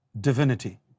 divinity